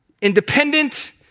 Independent